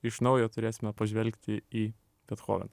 iš naujo turėsime pažvelgti į bethoveną